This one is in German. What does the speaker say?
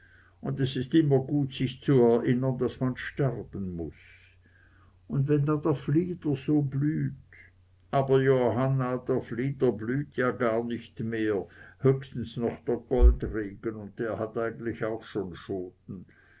und es ist immer gut sich zu erinnern daß man sterben muß und wenn dann der flieder so blüht aber johanna der flieder blüht ja gar nicht mehr höchstens noch der goldregen und der hat eigentlich auch schon schoten